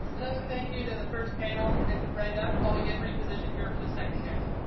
another thank you to the first panel and to brenda while we get repositioned here for the second panel.